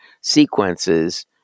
sequences